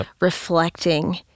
reflecting